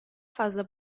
fazla